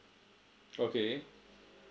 okay